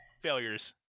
failures